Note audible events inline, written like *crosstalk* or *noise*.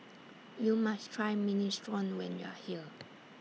YOU must Try Minestrone when YOU Are here *noise*